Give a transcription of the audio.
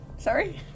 sorry